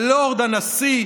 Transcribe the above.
הלורד הנשיא.